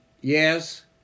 yes